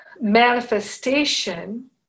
manifestation